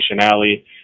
Alley